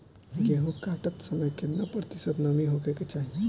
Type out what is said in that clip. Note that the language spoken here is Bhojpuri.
गेहूँ काटत समय केतना प्रतिशत नमी होखे के चाहीं?